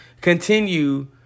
continue